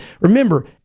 Remember